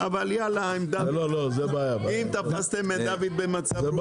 אבל, יאללה, אם תפסתם את דוד במצב רוח טוב היום.